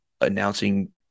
announcing